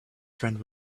friend